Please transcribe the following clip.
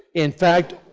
in fact,